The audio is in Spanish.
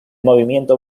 movimiento